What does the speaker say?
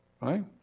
Right